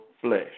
flesh